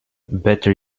better